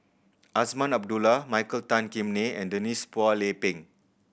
Azman Abdullah Michael Tan Kim Nei and Denise Phua Lay Peng